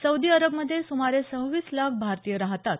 Saudi अरबमध्ये सुमारे सहव्वीस लाख भारतीय राहतात